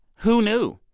who knew?